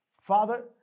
Father